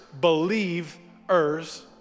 believers